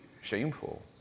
shameful